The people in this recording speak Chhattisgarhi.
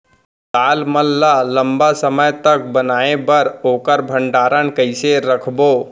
दाल मन ल लम्बा समय तक बनाये बर ओखर भण्डारण कइसे रखबो?